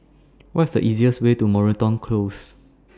What IS The easiest Way to Moreton Close